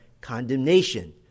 condemnation